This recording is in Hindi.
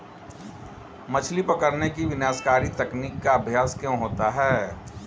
मछली पकड़ने की विनाशकारी तकनीक का अभ्यास क्यों होता है?